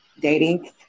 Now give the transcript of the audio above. dating